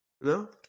No